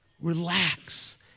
Relax